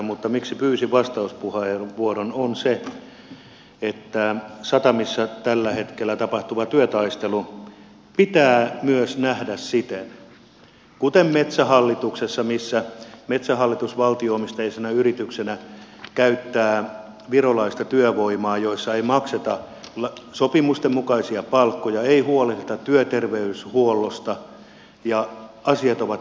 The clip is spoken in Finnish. mutta syy miksi pyysin vastauspuheenvuoron on se että satamissa tällä hetkellä tapahtuva työtaistelu pitää myös nähdä siten kuten metsähallituksessa missä metsähallitus valtio omisteisena yrityksenä käyttää virolaista työvoimaa jolloin ei makseta sopimusten mukaisia palkkoja ei huolehdita työterveyshuollosta ja asiat ovat rempallaan